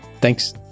Thanks